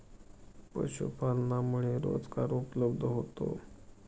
पशुपालनामुळे रोजगार उपलब्ध होतो